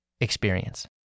experience